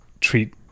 treat